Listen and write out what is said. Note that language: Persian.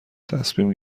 تصمیم